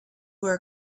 were